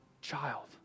child